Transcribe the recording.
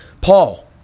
Paul